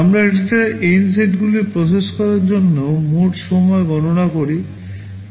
আমরা ডেটার N সেটগুলি প্রসেস করার জন্য মোট সময় গণনা করি